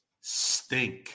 stink